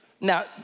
Now